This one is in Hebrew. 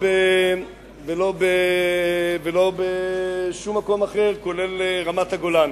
ולא בשום מקום אחר, כולל רמת-הגולן.